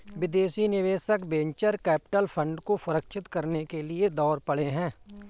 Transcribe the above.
विदेशी निवेशक venture capital fund को सुरक्षित करने के लिए दौड़ पड़े हैं